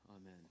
Amen